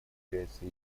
является